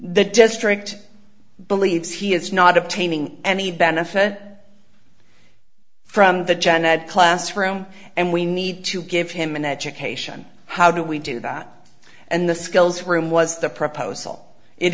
the district believes he is not obtaining any benefit at from the janet classroom and we need to give him an education how do we do that and the skills room was the proposal it